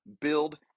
build